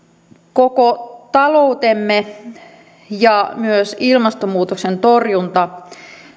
koko taloutemme ja myös ilmastonmuutoksen torjunta